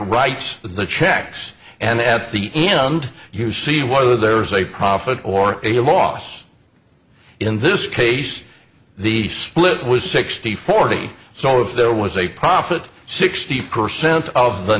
writes the checks and at the end you see whether there's a profit or a loss in this case the split was sixty forty so if there was a profit sixty percent of the